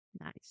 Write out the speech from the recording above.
Nice